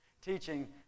teaching